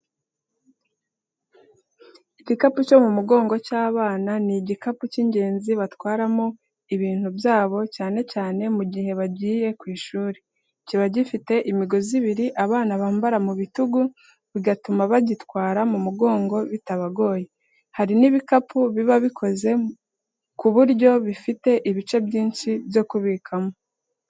Igikapu cyo mu mugongo cy'abana, ni igikoresho cy’ingenzi batwaramo ibintu byabo, cyane cyane mu gihe bagiye ku ishuri. Kiba gifite imigozi ibiri abana bambara ku bitugu, bigatuma bagitwara mu mugongo bitabagoye. Hari n'ibikapu biba bikoze ku buryo bifite ibice byinshi byo kubikamo.